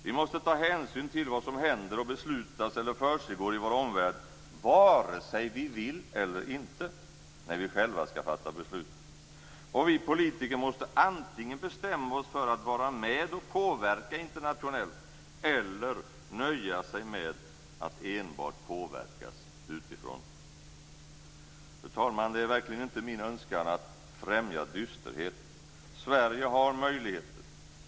Vi måste ta hänsyn till vad som händer och beslutas eller försiggår i vår omvärld, vare sig vi vill eller inte, när vi själva skall fatta beslut. Vi politiker måste antingen bestämma oss för att vara med och påverka internationellt eller nöja oss med att enbart påverkas utifrån. Fru talman! Det är verkligen inte min önskan att främja dysterhet. Sverige har möjligheter.